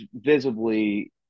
visibly